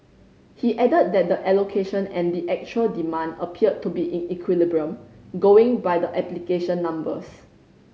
he added that the allocation and the actual demand appeared to be in equilibrium going by the application numbers